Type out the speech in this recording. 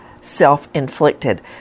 self-inflicted